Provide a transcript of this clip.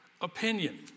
opinion